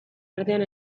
artean